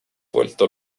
vuelto